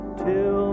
till